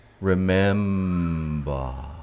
remember